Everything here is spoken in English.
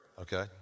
Okay